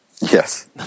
Yes